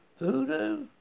Voodoo